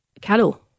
cattle